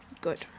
Good